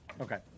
Okay